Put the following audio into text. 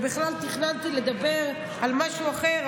ובכלל תכננתי לדבר על משהו אחר,